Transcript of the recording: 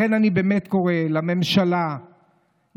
לכן אני באמת קורא לממשלה להתעשת,